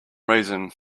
reason